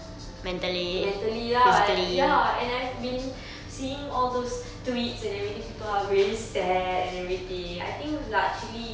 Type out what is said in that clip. mentally lah ya and I've been seeing all those tweets and everything people are really sad and everything I think largely